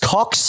Cox